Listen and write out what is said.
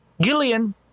Gillian